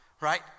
right